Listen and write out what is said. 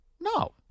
No